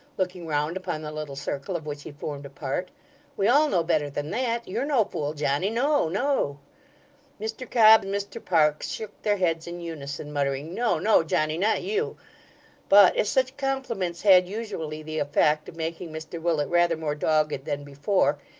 looking round upon the little circle of which he formed a part we all know better than that. you're no fool, johnny. no, no mr cobb and mr parkes shook their heads in unison, muttering, no, no, johnny, not you but as such compliments had usually the effect of making mr willet rather more dogged than before,